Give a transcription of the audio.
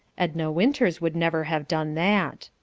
edna winters would never have done that.